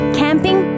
camping